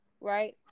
right